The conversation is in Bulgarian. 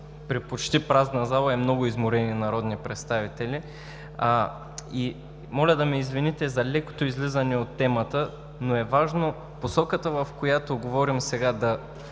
при почти празна зала и много изморени народни представители. Моля да ме извините за лекото излизане от темата, но е важна посоката, в която говорим сега –